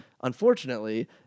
unfortunately